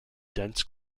dense